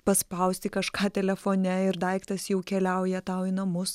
paspausti kažką telefone ir daiktas jau keliauja tau į namus